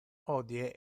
hodie